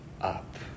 up